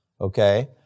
okay